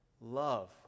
love